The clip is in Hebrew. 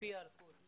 משפיע על הכול.